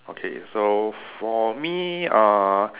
okay so for me uh